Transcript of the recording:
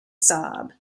sob